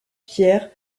pierre